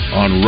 on